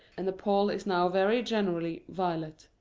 and the pall is now very generally violet.